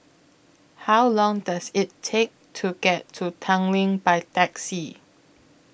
How Long Does IT Take to get to Tanglin By Taxi